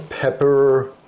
pepper